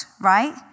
right